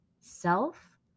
self